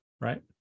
right